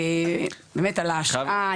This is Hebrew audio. באמת על ההשקעה,